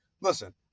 listen